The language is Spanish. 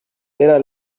era